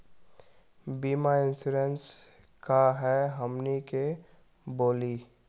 बीमा इंश्योरेंस का है हमनी के बोली?